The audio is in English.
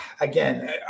again